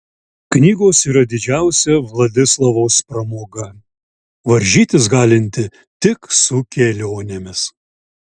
knygos yra didžiausia vladislavos pramoga varžytis galinti tik su kelionėmis